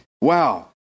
Wow